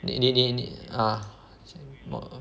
你你你你 (uh huh) 什么 err